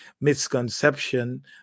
misconception